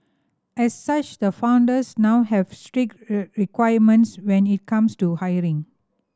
as such the founders now have strict requirements when it comes to hiring